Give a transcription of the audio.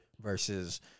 Versus